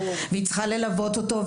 היא צריכה ללוות אותו,